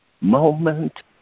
moment